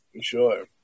Sure